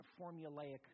formulaic